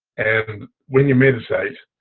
and when you meditate,